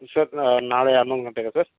sir ನಾಳೆ ಹನ್ನೊಂದು ಗಂಟೆಗಾ ಸರ್